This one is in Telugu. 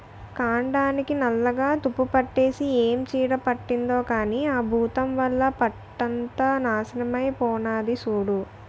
కాండానికి నల్లగా తుప్పుపట్టేసి ఏం చీడ పట్టిందో కానీ ఆ బూతం వల్ల పంటంతా నాశనమై పోనాది సూడూ